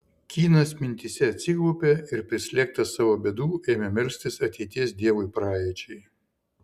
kynas mintyse atsiklaupė ir prislėgtas savo bėdų ėmė melstis ateities dievui praeičiai